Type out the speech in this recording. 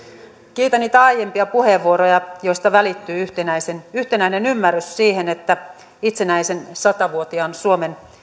kiitän niitä aiempia puheenvuoroja joista välittyi yhtenäinen ymmärrys siihen että itsenäisen sata vuotiaan suomen